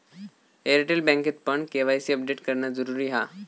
Airtel बँकेतपण KYC update करणा जरुरी हा